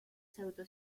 pseudo